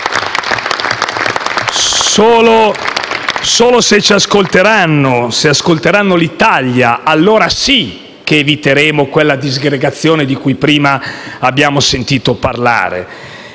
Solo se ci ascolteranno, se ascolteranno l'Italia, allora sì che eviteremo quella disgregazione di cui prima abbiamo sentito parlare.